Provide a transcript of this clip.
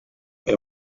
ayo